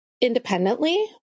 independently